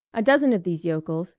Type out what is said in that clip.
a dozen of these yokels,